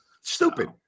Stupid